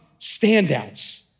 standouts